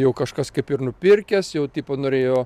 jau kažkas kaip ir nupirkęs jau tipo norėjo